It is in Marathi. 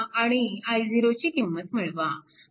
आणि i0 ची किंमत मिळवा